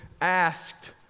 asked